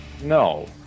No